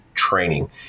training